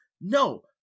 no